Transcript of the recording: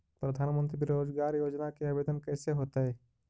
प्रधानमंत्री बेरोजगार योजना के आवेदन कैसे होतै?